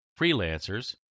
freelancers